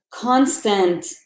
constant